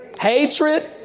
Hatred